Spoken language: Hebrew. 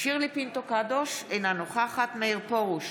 שירלי פינטו קדוש, אינה נוכחת מאיר פרוש,